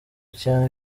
cyane